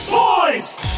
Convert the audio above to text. boys